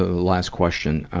last question.